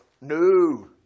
No